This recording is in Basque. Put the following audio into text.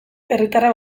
herritarrak